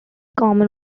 common